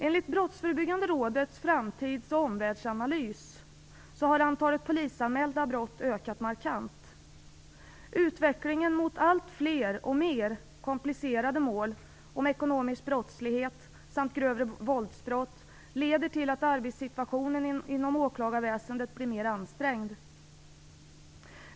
Enligt Brottsförebyggande rådets framtids och omvärldsanalys har antalet polisanmälda brott ökat markant. Utvecklingen mot allt fler och mer komplicerade mål om ekonomisk brottslighet samt grövre våldsbrott leder till att arbetssituationen inom åklagarväsendet blir mer ansträngd.